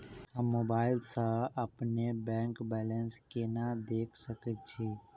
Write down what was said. हम मोबाइल सा अपने बैंक बैलेंस केना देख सकैत छी?